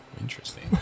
Interesting